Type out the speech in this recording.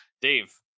dave